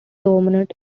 dumont